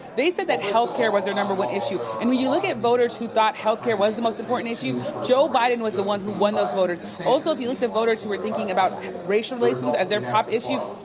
they said that health care was their number one issue. and when you look at voters who thought health care was the most important issue, joe biden was the one who won those voters. also, if you looked at voters who were thinking about race relations as their top issue,